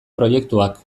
proiektuak